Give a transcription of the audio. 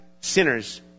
sinners